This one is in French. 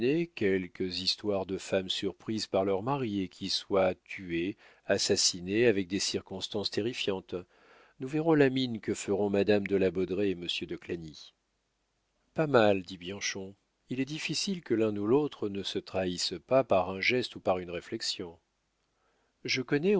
quelques histoires de femmes surprises par leurs maris et qui soient tuées assassinées avec des circonstances terrifiantes nous verrons la mine que feront madame de la baudraye et monsieur de clagny pas mal dit bianchon il est difficile que l'un ou l'autre ne se trahissent pas par un geste ou par une réflexion je connais